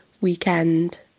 weekend